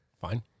fine